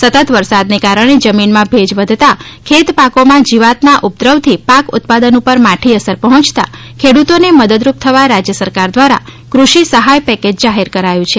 સતત વરસાદને કારણે જમીનમાં ભેજ વધતા ખેત પાકોમાં જીવાતના ઉપદ્રવથી પાક ઉત્પાદન ઉપર માઠી અસર પહોંચતા ખેડૂતોને મદદરૂપ થવા રાજ્યસરકાર દ્વારા કૃષિ સહાય પેકેજ જાહેર કરાયું છે